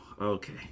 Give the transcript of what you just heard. okay